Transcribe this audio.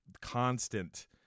constant